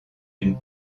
une